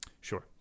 sure